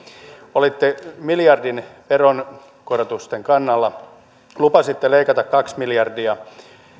olitte miljardin veronkorotusten kannalla lupasitte leikata kaksi miljardia